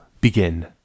begin